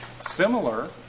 similar